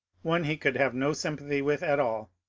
one he could have no sympathy with at all,